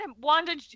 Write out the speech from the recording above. Wanda